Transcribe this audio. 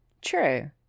True